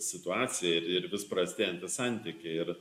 situacija ir ir vis prastėjantys santykiai ir